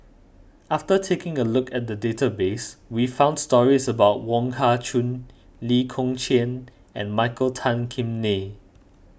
after taking a look at the database we found stories about Wong Kah Chun Lee Kong Chian and Michael Tan Kim Nei